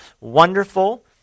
Wonderful